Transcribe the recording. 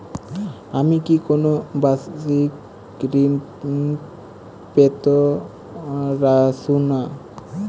আমি কি কোন বাষিক ঋন পেতরাশুনা?